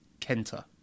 Kenta